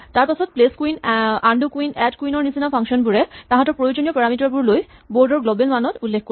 তাৰপাছত place queen undo queen add queen ৰ নিচিনা ফাংচন বোৰে তাঁহাতৰ প্ৰয়োজনীয় পাৰামিটাৰ বোৰ লৈ বৰ্ড ৰ গ্লৱেল মানত উল্লেখ কৰিব